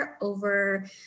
over